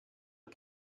est